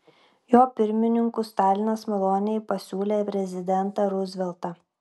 jo pirmininku stalinas maloniai pasiūlė prezidentą ruzveltą